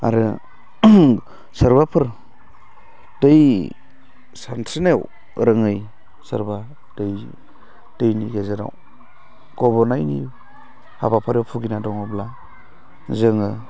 आरो सोरबाफोर दै सानस्रिनायाव रोङै सोरबा दैनि गेजेराव गबनायनि हाबाफारियाव भुगिनानै दङब्ला जोङो